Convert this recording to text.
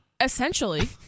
Essentially